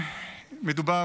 מדובר,